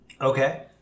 Okay